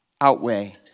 outweigh